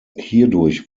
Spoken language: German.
hierdurch